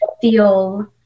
feel